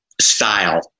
style